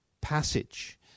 passage